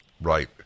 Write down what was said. Right